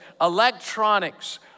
electronics